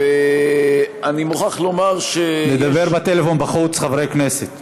ואני מוכרח לומר לדבר בטלפון בחוץ, חברי כנסת.